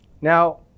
Now